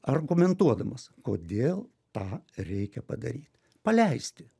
argumentuodamas kodėl tą reikia padaryt paleisti